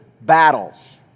battles